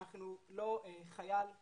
אנחנו לא חייל או